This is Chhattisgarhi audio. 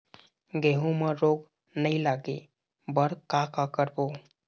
गेहूं म रोग नई लागे बर का का करबो?